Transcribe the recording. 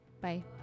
Bye